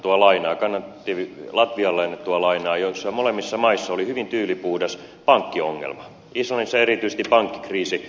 sosialidemokraatit kannattivat islannille ja latvialle annettua lainaa joissa molemmissa maissa oli hyvin tyylipuhdas pankkiongelma islannissa erityisesti pankkikriisi